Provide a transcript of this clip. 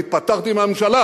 אני התפטרתי מהממשלה